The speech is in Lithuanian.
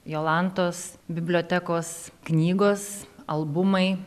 jolantos bibliotekos knygos albumai